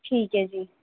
ਠੀਕ ਹੈ ਜੀ